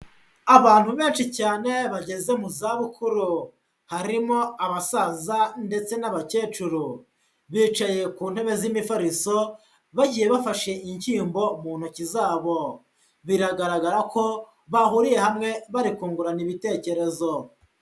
Abantu benshi cyane bageze mu zabukuru, harimo abasaza ndetse n'abakecuru, bicaye ku ntebe z'imifariso bagiye bafashe inshyimbo mu ntoki zabo, biragaragara ko bahuriye hamwe bari kungurana ibitekerezo.